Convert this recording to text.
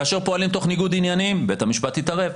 כאשר פועלים תוך ניגוד עניינים בית המשפט יתערב.